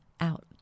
out